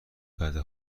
بده